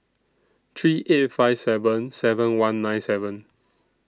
three eight five seven seven one nine seven